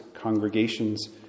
congregations